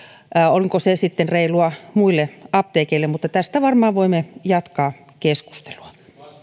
onko se sitten reilua muille apteekeille mutta tästä varmaan voimme jatkaa keskustelua